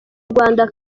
rwanda